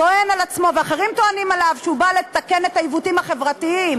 טוען על עצמו ואחרים טוענים עליו שהוא בא לתקן את העיוותים החברתיים,